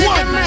One